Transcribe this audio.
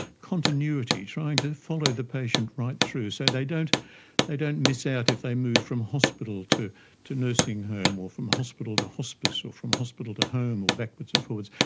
continuity, trying to follow the patient right through, so they don't they don't miss out if they move from hospital to to nursing home, or from hospital to hospice, or from hospital to home, or backwards and forwards.